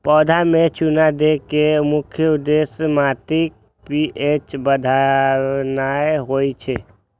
पौधा मे चूना दै के मुख्य उद्देश्य माटिक पी.एच बढ़ेनाय होइ छै